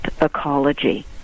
ecology